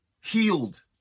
healed